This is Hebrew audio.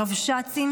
הרבש"צים,